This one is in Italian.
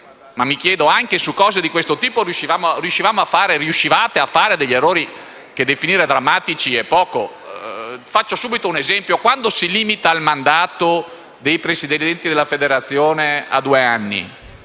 possibile, anche su argomenti di questo tipo, riuscire a fare errori che definire drammatici è poco. Faccio subito un esempio: quando si limita il mandato dei presidenti della federazione a due anni,